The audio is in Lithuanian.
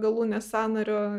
galūnės sąnario